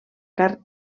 carn